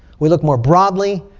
we look more broadly,